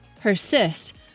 persist